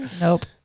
Nope